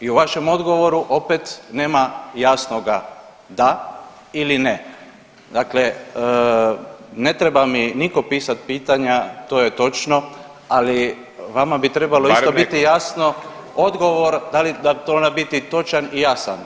I u vašem odgovoru opet nema jasnoga da ili ne, dakle ne treba mi nitko pisat pitanja to je točno, ali vama bi trebalo [[Upadica: Barem nekom.]] isto biti jasno odgovor da li da, mora biti točan i jasan.